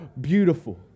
beautiful